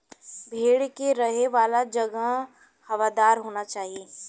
भेड़ के रहे वाला जगह हवादार होना चाही